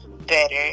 better